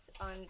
on